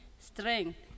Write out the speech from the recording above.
strength